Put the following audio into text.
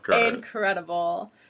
incredible